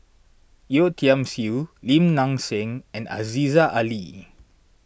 Yeo Tiam Siew Lim Nang Seng and Aziza Ali